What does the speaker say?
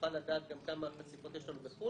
יוכל לדעת כמה חשיפות יש לנו בחו"ל.